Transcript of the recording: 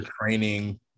training